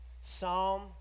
Psalm